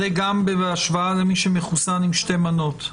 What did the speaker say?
זה גם בהשוואה למי שמחוסן בשתי מנות?